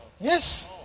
Yes